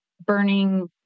burning